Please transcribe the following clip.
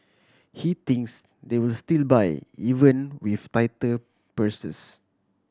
he thinks they will still buy even with tighter purses